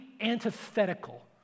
antithetical